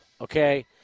okay